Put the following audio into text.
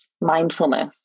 mindfulness